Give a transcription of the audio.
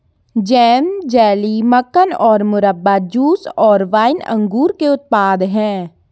jam, jelly, मक्खन और मुरब्बा, जूस और वाइन अंगूर के उत्पाद हैं